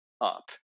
up